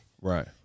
Right